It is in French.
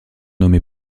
nommé